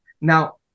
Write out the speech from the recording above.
Now